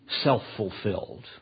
self-fulfilled